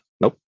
nope